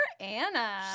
Anna